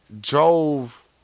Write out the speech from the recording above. drove